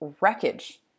wreckage